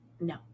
no